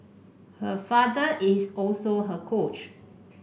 her father is also her coach